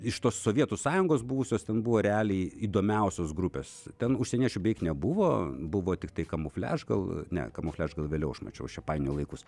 iš tos sovietų sąjungos buvusios ten buvo realiai įdomiausios grupės ten užsieniečių beveik nebuvo buvo tiktai kamufliaž gal ne kamufliaž vėliau aš mačiau aš čia painioju laikus